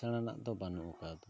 ᱥᱮᱬᱟᱱᱟᱜ ᱫᱚ ᱵᱟᱹᱱᱩᱜ ᱟᱠᱟᱫᱟ